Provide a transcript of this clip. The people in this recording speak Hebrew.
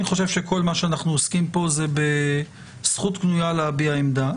אני חושב שכל מה שאנחנו עוסקים פה זה בזכות קנויה להביע עמדה.